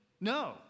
No